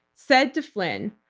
said to flynn,